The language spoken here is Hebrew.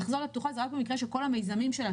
לחזור לפתוחה זה רק במקרה שכל המיזמים שלה,